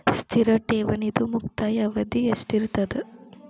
ಸ್ಥಿರ ಠೇವಣಿದು ಮುಕ್ತಾಯ ಅವಧಿ ಎಷ್ಟಿರತದ?